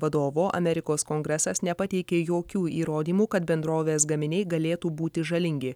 vadovo amerikos kongresas nepateikė jokių įrodymų kad bendrovės gaminiai galėtų būti žalingi